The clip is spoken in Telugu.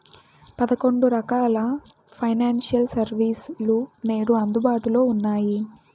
పదకొండు రకాల ఫైనాన్షియల్ సర్వీస్ లు నేడు అందుబాటులో ఉన్నాయి